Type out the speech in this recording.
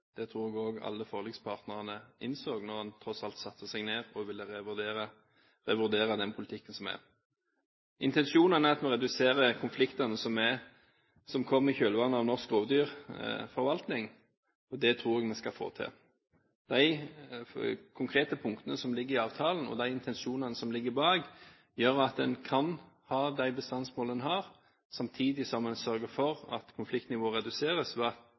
Det tror jeg også alle forlikspartnerne innså, da en tross alt satte seg ned og ville vurdere den politikken som var. Intensjonen er at en reduserer konfliktene som kom i kjølvannet av norsk rovdyrforvaltning. Det tror jeg vi skal få til. De konkrete punktene som ligger i avtalen, og de intensjonene som ligger bak, gjør at en kan ha de bestandsmålene en har, samtidig som en sørger for at konfliktnivået reduseres